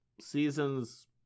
seasons